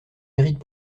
mérites